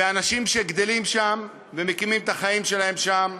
ואנשים שגדלים שם ומקימים את החיים שלהם שם,